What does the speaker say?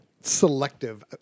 selective